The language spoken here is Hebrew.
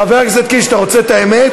חבר הכנסת קיש, אתה רוצה את האמת?